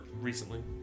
recently